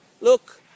look